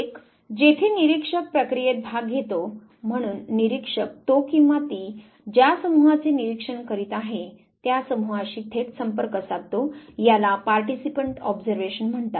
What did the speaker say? एक जेथे निरीक्षक प्रक्रियेत भाग घेतो म्हणून निरीक्षक तो किंवा ती ज्या समूहाचे निरीक्षण करीत आहे त्या समूहाशी थेट संपर्क साधतो याला पार्टीसिपंट ऑब्झर्वेशन म्हणतात